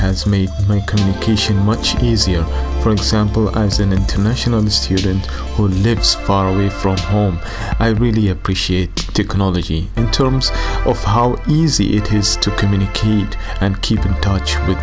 has made my communication much easier for example as an international student who lives far away from home i really appreciate technology in terms of how easy it is to communicate and keep in touch with